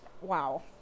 Wow